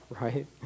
right